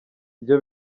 byo